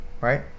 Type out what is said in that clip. Right